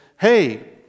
hey